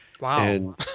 Wow